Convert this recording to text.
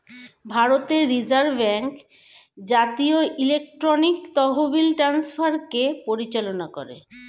ভারতের reserve bank জাতীয় electronic তহবিল ট্রান্সফারকে পরিচালনা করে